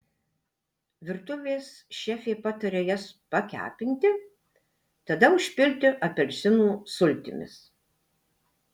virtuvės šefė pataria jas pakepinti tada užpilti apelsinų sultimis